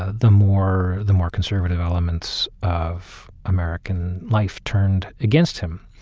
ah the more the more conservative elements of american life turned against him.